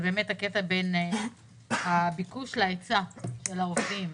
באמת הקטע בין הביקוש להיצע של העובדים.